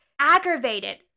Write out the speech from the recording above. aggravated